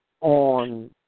on